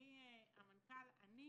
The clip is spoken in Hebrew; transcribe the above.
אדוני המנכ"ל, אני